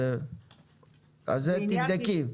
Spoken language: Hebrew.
אז תבדקי.